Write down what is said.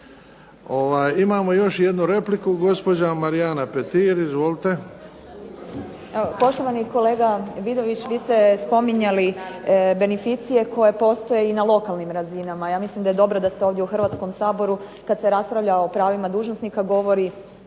Imamo još jednu repliku, gospođa Marijana Petir. Izvolite. **Petir, Marijana (HSS)** Poštovani kolega Vidović, vi ste spominjali beneficije koje postoje i na lokalnim razinama. Ja mislim da je dobro da ste ovdje u Hrvatskom saboru kad se raspravlja o pravima dužnosnika govori